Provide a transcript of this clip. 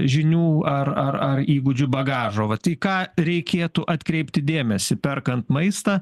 žinių ar ar ar įgūdžių bagažo vat į ką reikėtų atkreipti dėmesį perkant maistą